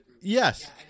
Yes